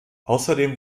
außerdem